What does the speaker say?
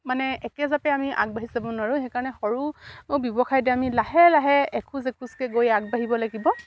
মানে একেজাপে আমি আগবাঢ়ি যাব নোৱাৰোঁ সেইকাৰণে সৰু ব্যৱসায়টো আমি লাহে লাহে এখোজ এখোজকে গৈ আগবাঢ়িব লাগিব